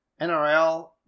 NRL